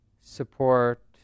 support